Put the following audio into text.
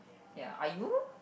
ya are you